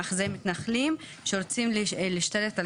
למאחזים של מתנחלים שרוצים להשתלט על